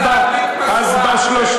לסדר לך להדליק משואה?